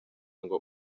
ngo